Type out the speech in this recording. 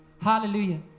Hallelujah